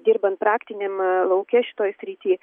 dirbant praktiniam lauke šitoje srity